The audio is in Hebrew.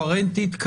קוהרנטית.